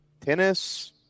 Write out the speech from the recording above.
tennis